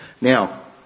Now